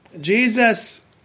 Jesus